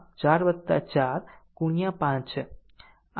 આમ તે આમ તે 2